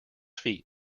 feet